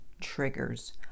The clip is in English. triggers